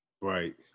Right